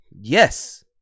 Yes